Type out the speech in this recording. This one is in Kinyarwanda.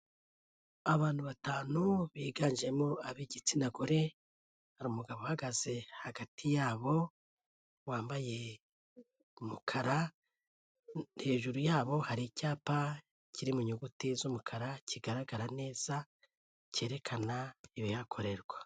Abantu batanu biganjemo ab'igitsina gore, hari umugabo uhagaze hagati yabo wambaye umukara, hejuru yabo hari icyapa kiri mu nyuguti z'umukara kigaragara neza cyerekana ibihakorerwa.